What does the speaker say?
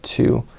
two,